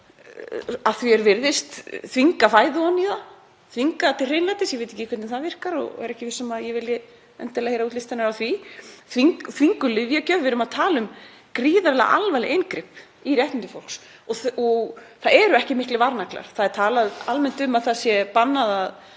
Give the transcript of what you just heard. að því er virðist að þvinga fæðu ofan í það, þvinga það til hreinlætis. Ég veit ekki hvernig það virkar og er ekki viss um að ég vilji endilega heyra útlistanir á því, þvinguð lyfjagjöf, við erum að tala um gríðarlega alvarleg inngrip í réttindi fólks. Það eru ekki miklir varnaglar. Það er talað almennt um að það sé bannað að